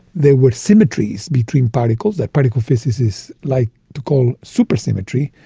there were symmetries between particles that particle physicists like to call supersymmetry,